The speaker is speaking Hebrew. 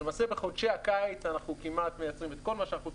שלמעשה בחודשי הקיץ אנחנו כמעט מייצרים את כל מה שאנחנו צריכים,